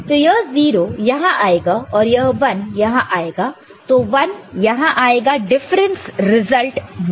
तो यह 0 यहां आएगा और यह 1 यहां आएगा तो 1 यहां आएगा डिफरेंस रिजल्ट नहीं